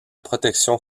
protection